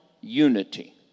unity